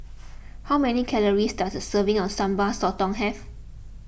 how many calories does a serving of Sambal Sotong have